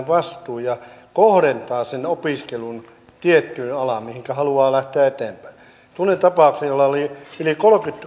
vastuu ja se kohdentaa sen opiskelun tiettyyn alaan mihinkä haluaa lähteä eteenpäin tunnen tapauksen jolla oli yli kolmekymmentä